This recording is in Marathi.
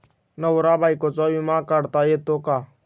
नवरा बायकोचा विमा काढता येतो का?